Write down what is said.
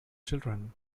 children